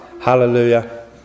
hallelujah